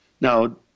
Now